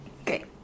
okay